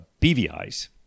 BVI's